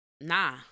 Nah